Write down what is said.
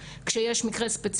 ונשמח לפעול יותר.